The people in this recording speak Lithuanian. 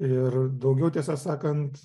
ir daugiau tiesą sakant